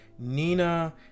Nina